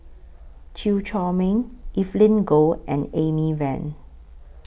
Chew Chor Meng Evelyn Goh and Amy Van